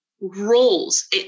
roles